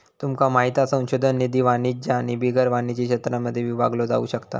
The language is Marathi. तुमका माहित हा संशोधन निधी वाणिज्य आणि बिगर वाणिज्य क्षेत्रांमध्ये विभागलो जाउ शकता